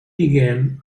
began